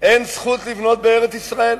אין זכות לבנות בארץ-ישראל.